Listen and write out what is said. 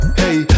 hey